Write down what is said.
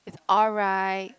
it's alright